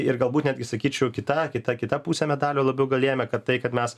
ir galbūt netgi sakyčiau kita kita kita pusė medalio labiau galėjome kad tai kad mes